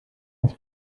das